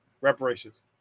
Reparations